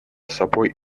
собой